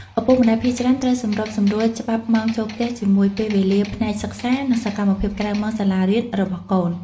ឪពុកម្តាយភាគច្រើនត្រូវសម្របសម្រួលច្បាប់ម៉ោងចូលផ្ទះជាមួយពេលវេលាផ្នែកសិក្សា និងសកម្មភាពក្រៅម៉ោងសាលារៀនរបស់កូន។